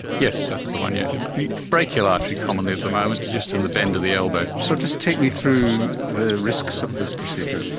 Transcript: yes, that's the one, yeah the brachial artery commonly at the moment, just in the bend of the elbow. so just take me through the risks of this procedure.